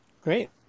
Great